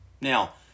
Now